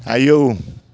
आयौ